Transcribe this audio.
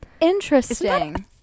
Interesting